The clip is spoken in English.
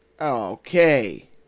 okay